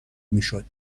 میشد